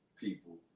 people